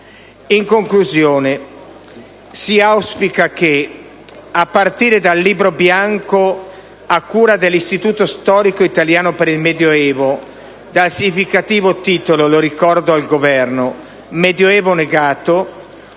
In conclusione, si auspica che, a partire dal libro bianco a cura dell'Istituto storico italiano per il medio evo, dal significativo titolo - lo ricordo al Governo - "Medioevo negato",